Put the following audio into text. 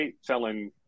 selling